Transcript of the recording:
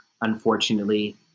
unfortunately